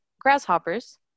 grasshoppers